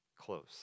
close